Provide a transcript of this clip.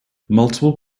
multiple